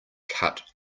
cut